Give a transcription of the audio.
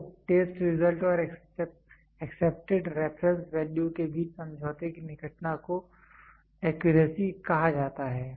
तो test result और accepted reference value के बीच समझौते की निकटता को एक्यूरेसी कहा जाता है